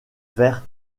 vers